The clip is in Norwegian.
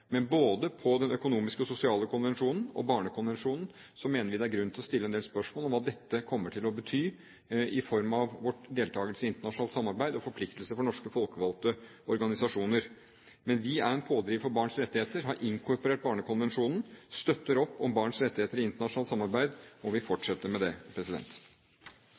men når det gjelder både den økonomiske og sosiale konvensjonen og Barnekonvensjonen, mener vi det er grunn til å stille en del spørsmål om hva dette kommer til å bety i form av vår deltakelse i internasjonalt samarbeid og forpliktelse for norske folkevalgte organisasjoner. Men vi er en pådriver for barns rettigheter. Vi har inkorporert Barnekonvensjonen, vi støtter opp om barns rettigheter i internasjonalt samarbeid, og vi fortsetter med det.